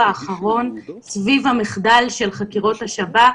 האחרון סביב המחדל של חקירות השב"כ,